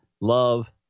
love